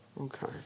Okay